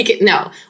no